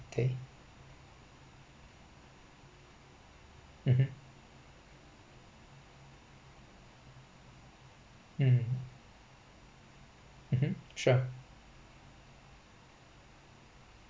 K mmhmm mm mmhmm sure